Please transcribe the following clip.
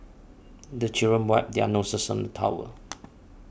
the children wipe their noses on the towel